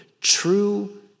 true